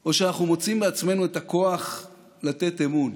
או שאנחנו מוצאים בעצמנו את הכוח לתת אמון,